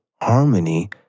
harmony